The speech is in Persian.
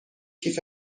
کیف